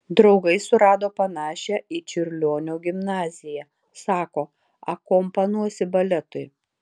draugai surado panašią į čiurlionio gimnaziją sako akompanuosi baletui